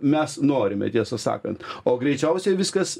mes norime tiesą sakant o greičiausiai viskas